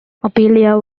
ophelia